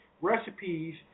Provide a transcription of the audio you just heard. recipes